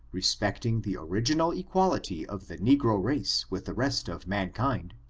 respecting the original equality of the negro race with the rest of mankind,